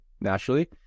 naturally